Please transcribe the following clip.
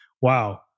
wow